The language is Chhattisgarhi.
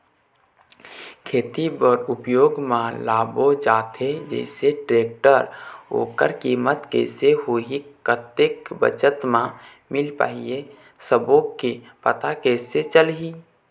खेती बर उपयोग मा लाबो जाथे जैसे टेक्टर ओकर कीमत कैसे होही कतेक बचत मा मिल पाही ये सब्बो के पता कैसे चलही?